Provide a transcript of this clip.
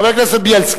חבר הכנסת בילסקי,